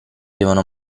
devono